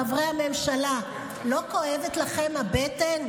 חברי הממשלה: לא כואבת לכם הבטן?